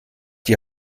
die